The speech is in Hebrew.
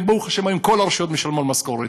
ברוך השם, היום כל הרשויות משלמות משכורת.